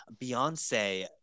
beyonce